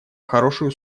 хорошую